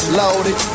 loaded